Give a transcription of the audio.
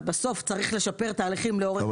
אבל בסוף צריך לשפר תהליכים לאורך --- אבל